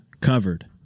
covered